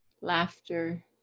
laughter